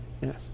Yes